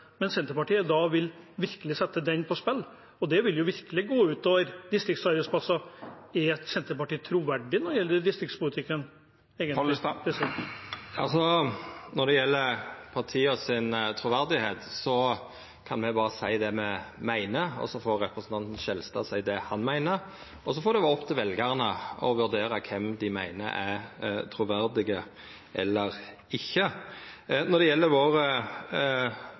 Senterpartiet virkelig vil sette den på spill, noe som virkelig vil gå ut over distriktsarbeidsplasser: Er Senterpartiet da egentlig troverdig når det gjelder distriktspolitikken? Når det gjeld partiet sitt truverd, kan me berre seia det me meiner, og så får representanten Skjelstad seia det han meiner. Så får det vera opp til veljarane å vurdera kven dei meiner er truverdige eller ikkje. Når det gjeld